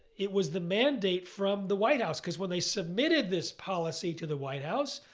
it was the mandate from the white house. because when they submitted this policy to the white house,